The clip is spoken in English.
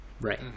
Right